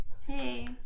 Hey